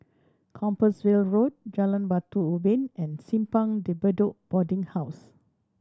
Compassvale Road Jalan Batu Ubin and Simpang De Bedok Boarding House